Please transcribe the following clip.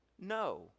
No